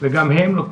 וזה